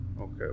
Okay